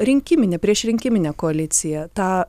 rinkiminė priešrinkiminė koalicija tą